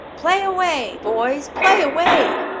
play away, boys, play away!